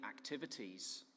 activities